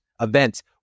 events